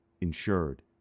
Insured